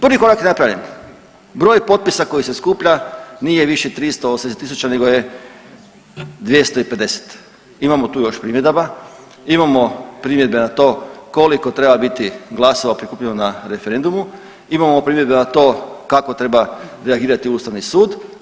Prvi korak je napravljen, broj potpisa koji se skuplja nije više 380.000 nego je 250, imamo tu još primjedaba, imamo primjedbe na to koliko treba biti glasova prikupljeno na referendumu, imamo primjedbe na to kako treba reagirati Ustavni sud.